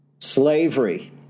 slavery